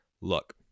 look